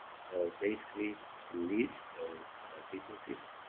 so basically delete those sequences.